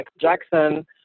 Jackson